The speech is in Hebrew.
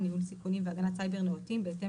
ניהול סיכונים והגנת סייבר נאותים בהתאם